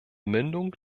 mündung